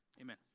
Amen